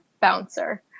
bouncer